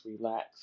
relax